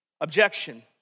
objection